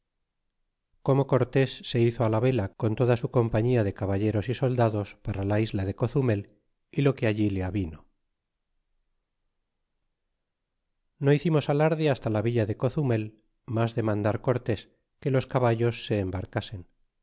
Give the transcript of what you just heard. cojo corlds se hizo lí la vela coa toda su compañia de caballeros y soldados para la isla de cozumel y lo que allí le avino no hicimos alarde basta la villa de cozumel mas de mandar cortés que los caballos se em